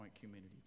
Community